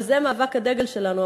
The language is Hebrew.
וזה מאבק הדגל שלנו,